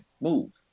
move